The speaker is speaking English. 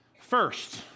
first